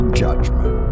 judgment